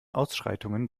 ausschreitungen